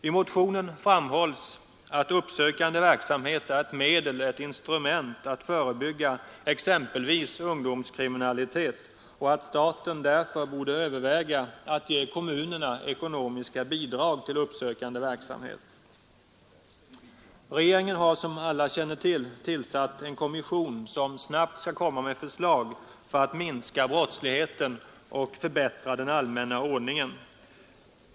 I motionen framhålls att uppsökande verksamhet är ett medel, ett instrument att förebygga exempelvis ungdomskriminalitet och att staten därför borde överväga att ge kommunerna ekonomiska bidrag till uppsökande verksamhet. Regeringen har, som alla känner till, tillsatt en kommission som snabbt skall komma med förslag för att minska brottsligheten och förbättra den allmänna ordningen.